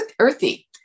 earthy